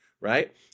right